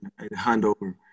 handover